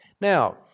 Now